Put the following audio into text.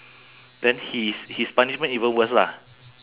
then his his punishment even worse lah